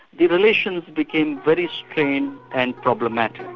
the relations became very strained and problematic.